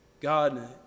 God